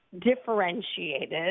differentiated